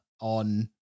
on